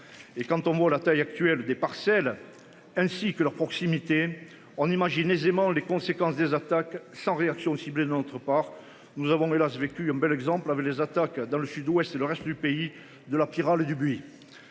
Et quand on voit la taille actuelle des parcelles ainsi que leur proximité. On imagine aisément les conséquences des attaques sans réaction cibler notre part nous avons hélas vécu un bel exemple avec les attaques dans le Sud-Ouest et le reste du pays, de la pyrale du buis.